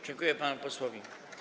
Dziękuję panu posłowi.